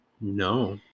No